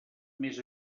més